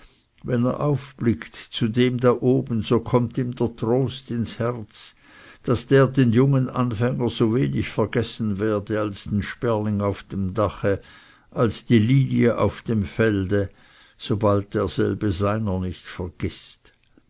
wenn er aufblickt zu dem da oben so kommt ihm der trost ins herz daß der den jungen anfänger so wenig vergessen werde als den sperling auf dem dache als die lilie auf dem felde sobald derselbe seiner nicht vergißt